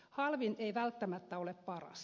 halvin ei välttämättä ole paras